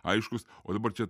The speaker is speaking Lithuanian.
aiškus o dabar čia